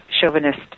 chauvinist